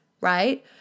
right